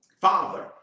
Father